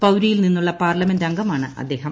പൌരിയിൽ നിന്നുള്ള പാർലമെന്റ് അംഗമാണ് അദ്ദേഹം